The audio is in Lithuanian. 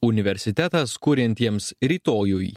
universitetas kuriantiems rytojui